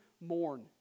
mourn